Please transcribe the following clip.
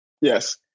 Yes